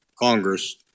Congress